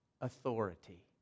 authority